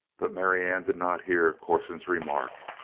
but marianne did not hear corson's remark.